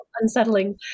unsettling